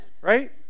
right